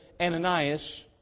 Ananias